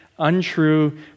untrue